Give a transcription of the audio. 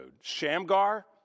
Shamgar